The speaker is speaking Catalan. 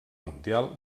mundial